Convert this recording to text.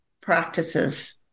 practices